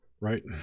right